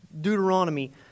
Deuteronomy